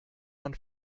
man